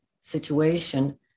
situation